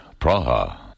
Praha